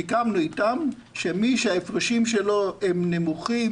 סיכמנו אתם שמי שההפרשים שלו הם נמוכים,